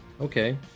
Okay